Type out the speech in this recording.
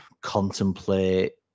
contemplate